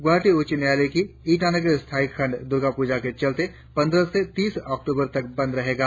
ग्रवाहाटी उच्च न्यायालय की ईटानगर स्थायी खंड दूर्गा पुजा के चलते पंद्रह से तीस अक्टूबर तक बंद रहेगी